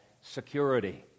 security